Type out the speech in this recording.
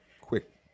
quick